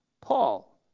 Paul